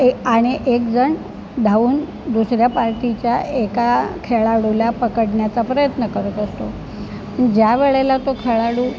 ए आणि एक जण धावून दुसऱ्या पार्टीच्या एका खेळाडूला पकडण्याचा प्रयत्न करत असतो ज्या वेळेला तो खेळाडू